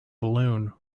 balloon